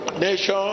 nation